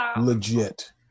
legit